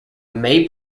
may